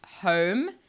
home